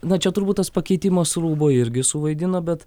na čia turbūt tas pakeitimas rūbo irgi suvaidino bet